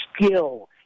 skill